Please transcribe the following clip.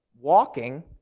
walking